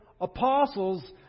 apostles